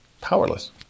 powerless